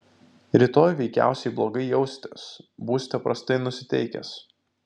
rytoj veikiausiai blogai jausitės būsite prastai nusiteikęs